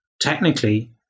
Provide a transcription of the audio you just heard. technically